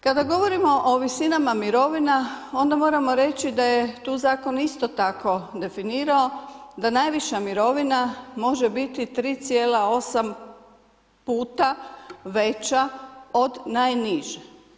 Kada govorimo o visinama mirovina, onda moramo reći da je tu zakon isto tako definirao da najviša mirovina može biti 3,8 puta veća od najniže.